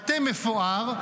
מטה מפואר,